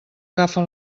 agafa